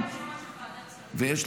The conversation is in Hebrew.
--- רק לא הבנתי מה התשובה של ועדת שרים.